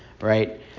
right